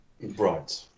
right